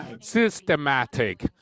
systematic